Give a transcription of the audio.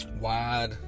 wide